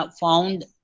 found